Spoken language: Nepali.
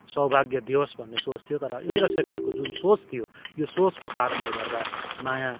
सौभाग्य दियोस् भन्ने सोच थियो तर इन्द्रशेखरको जुन सोच थियो यो सोचको कारणले गर्दा माया